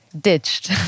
ditched